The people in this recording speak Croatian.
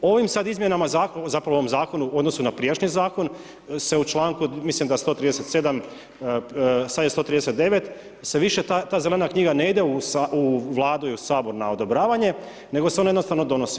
Ovim sad izmjenama Zakona, zapravo ovom Zakonom u odnosu na prijašnji Zakon, se u članku, mislim da 137., sad je 139., se više ta Zelena knjige ne ide u Vladu i u Sabor na odobravanje, nego se ona jednostavno donosi.